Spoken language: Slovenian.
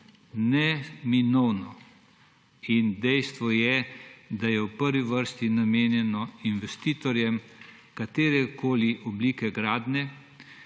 Neminovno in dejstvo je, da je v prvi vrsti namenjeno investitorjem katerekoli oblike gradnje